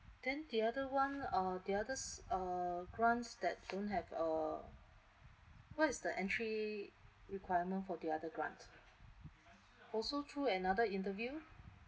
then the other one uh the other s~ uh grants that don't have uh what is the entry requirement for the other grant also through another interview